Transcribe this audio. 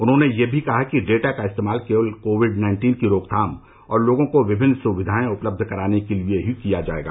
उन्होंने यह भी कहा कि डेटा का इस्तेमाल केवल कोविड नाइन्टीन की रोकथाम और लोगों को विभिन्न स्विधाएं उपलब्ध कराने के लिए ही किया जाएगा